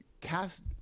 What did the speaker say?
cast